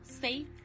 safe